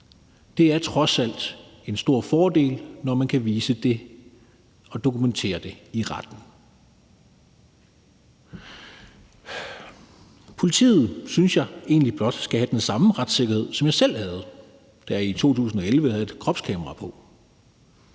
Det er trods alt en stor fordel, når man kan vise det og dokumentere det i retten. Politiet skal, synes jeg egentlig, blot have den samme retssikkerhed, som jeg selv havde, da jeg i 2011 havde et kropskamera på.